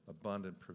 abundant